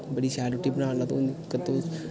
तूं बड़ी शैल रुट्टी बना करनां तू कद्दू